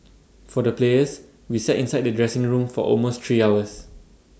for the players we sat inside the dressing room for almost three hours